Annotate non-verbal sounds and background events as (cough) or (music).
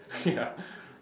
(noise) ya